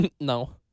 No